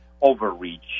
overreach